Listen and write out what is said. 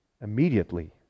Immediately